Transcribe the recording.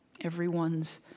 everyone's